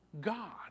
God